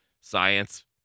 science